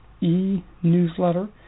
e-newsletter